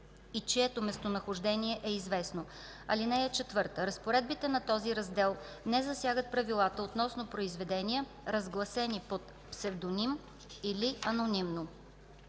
и чието местонахождение е известно. (4) Разпоредбите на този раздел не засягат правилата относно произведения, разгласени под псевдоним или анонимно.